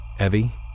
Evie